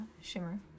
shimmer